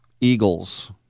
Eagles